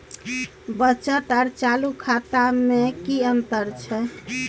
बचत आर चालू खाता में कि अतंर छै?